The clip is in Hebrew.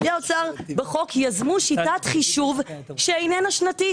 פקידי האוצר בחוק יזמו שיטת חישוב שאיננה שנתית.